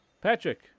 patrick